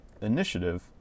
initiative